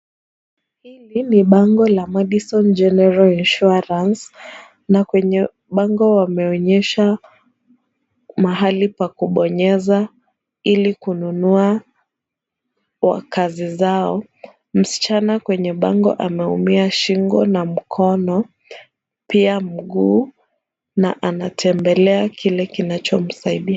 Hii ni bango ya Madison General Insurance na kwenye bango wameonyesha mahali pa kubonyeza ili kununua kazi zao. Msichana kwenye bango anaumia shingo mkono pia mguu na anatembelea kile kinachomsaidia.